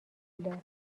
داد